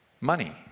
money